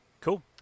Cool